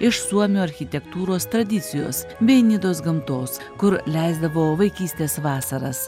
iš suomių architektūros tradicijos bei nidos gamtos kur leisdavo vaikystės vasaras